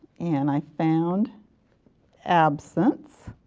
and i found absence.